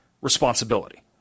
responsibility